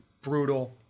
brutal